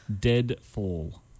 Deadfall